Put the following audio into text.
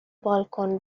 بالکن